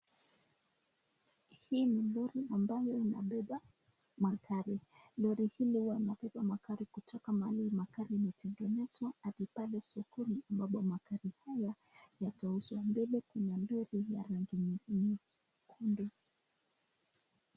Hii ni lori ambayo inabeba magari. Lori hili wanabeba magari kutoka mahali wanatengenezwa hadi pale sokoni ambapo magari haya yatauzwa. Mbele kuna lori ya rangi nyekundu .